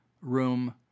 room